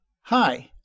Hi